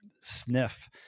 sniff